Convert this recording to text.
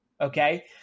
okay